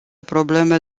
probleme